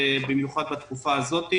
במיוחד בתקופה הזאת.